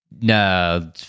No